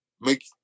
make